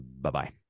Bye-bye